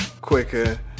quicker